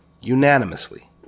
Unanimously